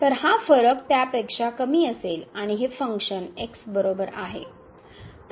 तर हा फरक त्यापेक्षा कमी असेल आणि हे फंक्शन x बरोबर आहे